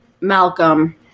Malcolm